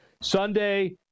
Sunday